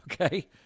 Okay